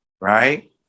right